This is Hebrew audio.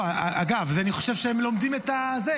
אגב, אני חושב שהם לומדים את המקצוע.